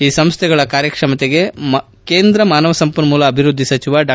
ಈ ಸಂಸ್ಥೆಗಳ ಕಾರ್ಯಕ್ಷಮತೆಗೆ ಮಾನವ ಸಂಪನ್ಮೂಲ ಅಭಿವೃದ್ಧಿ ಸಚಿವ ಡಾ